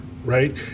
right